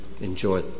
enjoy